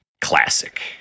classic